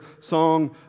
song